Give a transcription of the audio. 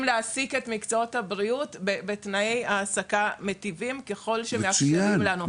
להעסיק את מקצועות הבריאות בתנאי העסקה מטיבים ככל שמאפשרים לנו.